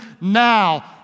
now